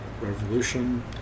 revolution